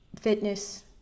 fitness